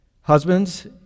Husbands